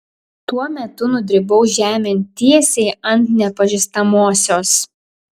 tuo metu nudribau žemėn tiesiai ant nepažįstamosios